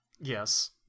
yes